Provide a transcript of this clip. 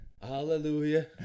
Hallelujah